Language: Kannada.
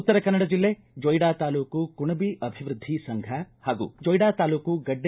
ಉತ್ತರ ಕನ್ನಡ ಜಿಲ್ಲೆ ಜೊಯ್ದಾ ತಾಲೂಕು ಕುಣಬ ಅಭಿವೃದ್ಧಿ ಸಂಘ ಹಾಗೂ ಜೊಯ್ವಾ ತಾಲೂಕು ಗಡ್ಡೆ